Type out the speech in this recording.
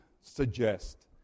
suggest